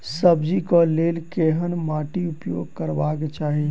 सब्जी कऽ लेल केहन माटि उपयोग करबाक चाहि?